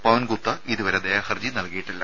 പവൻ ഗുപ്ത ഇതുവരെ ദയാഹർജി നൽകിയിട്ടില്ല